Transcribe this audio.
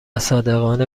صادقانه